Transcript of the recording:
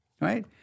Right